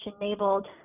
enabled